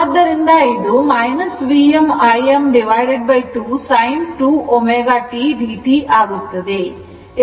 ಆದ್ದರಿಂದ ಇದು Vm Im2 sin 2 ω t dt ಆಗುತ್ತದೆ